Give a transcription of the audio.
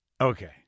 Okay